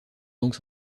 banque